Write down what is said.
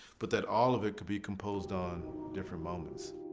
but that all of it could be composed on different moments.